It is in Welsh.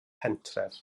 pentref